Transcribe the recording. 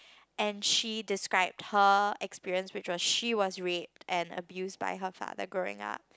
and she described her experience because she was raped and abused by her father growing up